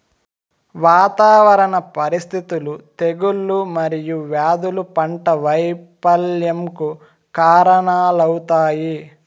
వాతావరణ పరిస్థితులు, తెగుళ్ళు మరియు వ్యాధులు పంట వైపల్యంకు కారణాలవుతాయి